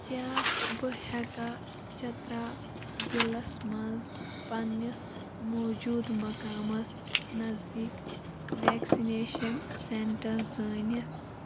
کیٛاہ بہٕ ہٮ۪کاہ چَترا ضِلعس منٛز پنٛنِس موجوٗد مقامَس نزدیٖک وٮ۪کسِنیشن سٮ۪نٛٹَر زٲنِتھ